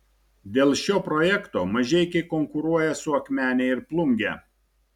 dėl šio projekto mažeikiai konkuruoja su akmene ir plunge